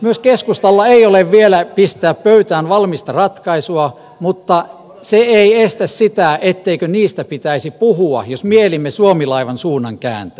myöskään keskustalla ei ole vielä pistää pöytään valmista ratkaisua mutta se ei estä sitä etteikö niistä pitäisi puhua jos mielimme suomi laivan suunnan kääntää